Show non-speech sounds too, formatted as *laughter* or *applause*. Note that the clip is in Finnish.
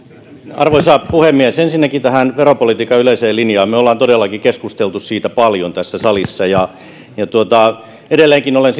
arvoisa puhemies ensinnäkin tähän veropolitiikan yleiseen linjaan me olemme todellakin keskustelleet siitä paljon tässä salissa edelleenkin olen *unintelligible*